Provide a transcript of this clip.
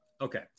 Okay